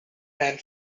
and